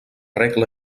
regla